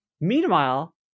Meanwhile